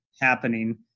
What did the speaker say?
happening